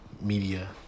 Media